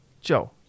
Joe